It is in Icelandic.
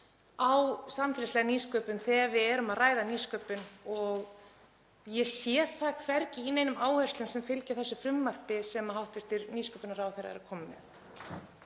á samfélagslega nýsköpun þegar við erum að ræða nýsköpun og ég sé það hvergi í neinum áherslum sem fylgja þessu frumvarpi sem hæstv. nýsköpunarráðherra er að koma með.